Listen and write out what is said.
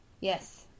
Yes